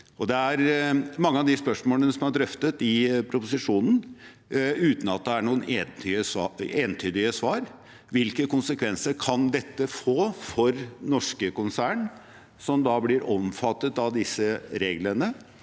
Mange av de spørsmålene er drøftet i proposisjonen, uten at det er noen entydige svar. Hvilke konsekvenser kan dette få for norske konsern som blir omfattet av disse reglene?